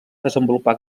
desenvolupar